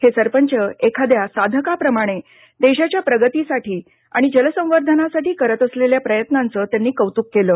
हे सरपंच एखाद्या साधकाप्रमाणे देशाच्या प्रगतीसाठी आणि जल संवर्धनासाठी करत असलेल्या प्रयत्नांचं त्यांनी कौतुक केलं